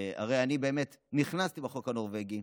באמת, הרי אני נכנסתי בחוק הנורבגי.